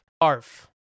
arf